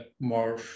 more